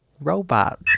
robot